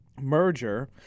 merger